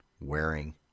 wearing